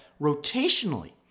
rotationally